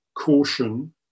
caution